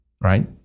Right